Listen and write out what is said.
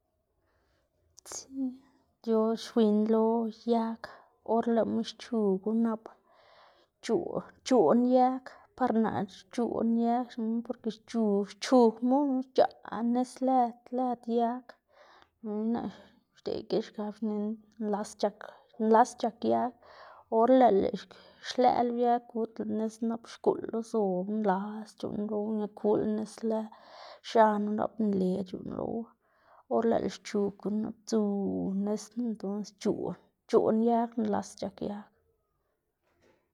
yu or xwiyná lo yag, or lëꞌma xchugu nap c̲h̲oꞌ- c̲h̲oꞌn yag, par naꞌ c̲h̲oꞌn yag xnená porke xc̲h̲u- xchugmu lox xc̲h̲aꞌ nis lëd lëd yag, loxna naꞌ xdeꞌd gilxkab xnená nlas c̲h̲ak nlas c̲h̲ag yag or lëꞌlá xlëꞌ lo yag kudlá nis nap xguꞌlu zobu nlas c̲h̲uꞌnn lowu ña kula nis lëd x̱anu nap nle c̲h̲uꞌnn lowu, or lëꞌlá xchugu nap sdzu nis knu entonce c̲h̲oꞌn c̲h̲oꞌn yag nlas c̲h̲ak yag.